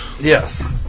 Yes